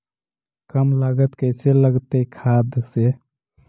कम लागत कैसे लगतय खाद से?